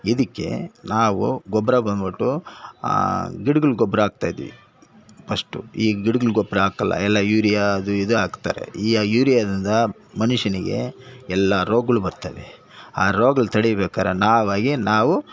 ಇದಕ್ಕೆ ನಾವು ಗೊಬ್ಬರ ಬಂದ್ಬಿಟ್ಟು ಗಿಡಗಳ್ಗೆ ಗೊಬ್ಬರ ಆಕ್ತಾ ಇದ್ವಿ ಪಸ್ಟು ಈಗ ಗಿಡಗಳ್ಗೆ ಗೊಬ್ಬರ ಹಾಕಲ್ಲ ಎಲ್ಲ ಯೂರಿಯಾ ಅದು ಇದು ಹಾಕ್ತಾರೆ ಈ ಯೂರಿಯಾದಿಂದ ಮನುಷ್ಯನಿಗೆ ಎಲ್ಲ ರೋಗಗಳು ಬರ್ತವೆ ಆ ರೋಗಗಳ್ ತಡಿಬೇಕಾರೆ ನಾವಾಗೆ ನಾವು